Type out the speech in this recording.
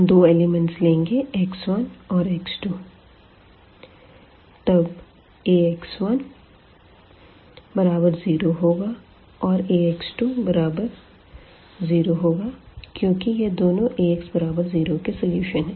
हम दो एलिमेंटस लेंगे x1 और x2 तब Ax10 होगा और Ax20 होगा क्योंकि यह दोनों Ax0 के सलूशन है